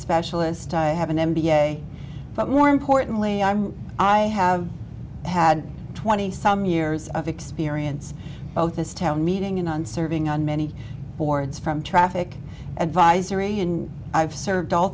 specialist i have an m b a but more importantly i'm i have had twenty some years of experience of this town meeting in and serving on many boards from traffic advisory in i've served all